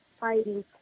fighting